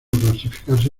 clasificarse